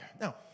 Now